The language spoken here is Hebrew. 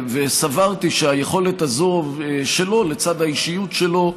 סברתי שהיכולת הזו שלו, לצד האישיות שלו,